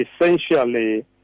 essentially